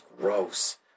gross